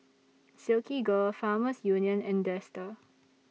Silkygirl Farmers Union and Dester